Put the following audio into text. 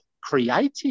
creative